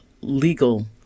legal